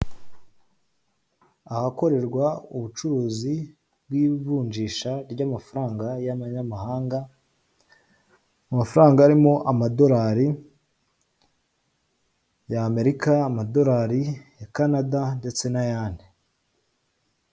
Ahakorerwa ubucuruzi bw'ivunjisha ry'amafaranga y'amanyamahanga, mu mafaranga arimo amadorari y'Amerika, amadorari ya Canada ndetse n'ayandi.